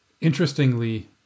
Interestingly